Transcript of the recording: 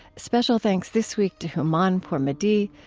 special thanks this week to houman pourmehdi,